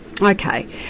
Okay